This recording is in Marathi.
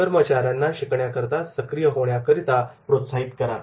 कर्मचाऱ्यांना शिकण्याकरता सक्रिय होण्यासाठी प्रोत्साहित करा